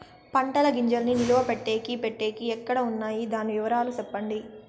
పంటల గింజల్ని నిలువ పెట్టేకి పెట్టేకి ఎక్కడ వున్నాయి? దాని వివరాలు సెప్పండి?